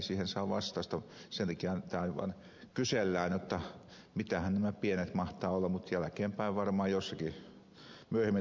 sen takiahan täällä kysellään jotta mitähän nämä pienet mahtavat olla mutta jälkeenpäin varmaan se tulee esille jossakin myöhemmin